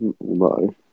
No